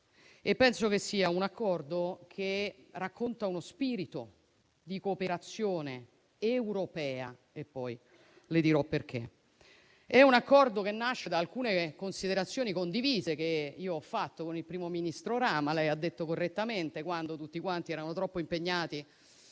e molto innovativo, che racconta uno spirito di cooperazione europea, e poi le dirò perché. È un accordo che nasce da alcune considerazioni condivise che io ho fatto con il primo ministro Rama - come lei ha detto correttamente - quando tutti quanti erano troppo impegnati